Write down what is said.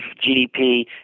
GDP